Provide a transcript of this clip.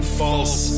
false